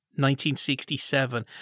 1967